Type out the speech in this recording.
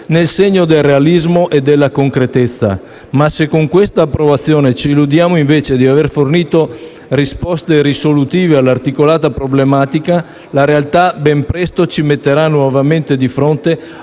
nel segno del realismo e della concretezza. Se, però, con questa approvazione ci illudiamo di aver fornito risposte risolutive all'articolata problematica, la realtà ben presto ci metterà nuovamente di fronte